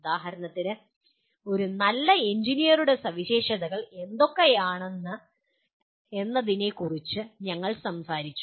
ഉദാഹരണത്തിന് ഒരു നല്ല എഞ്ചിനീയർമാരുടെ സവിശേഷതകൾ എന്തൊക്കെയാണ് എന്നതിനെക്കുറിച്ച് ഞങ്ങൾ സംസാരിച്ചു